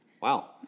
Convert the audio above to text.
wow